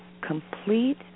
complete